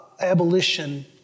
abolition